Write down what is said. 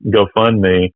GoFundMe